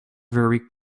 very